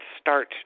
start